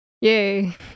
Yay